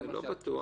אני לא בטוח.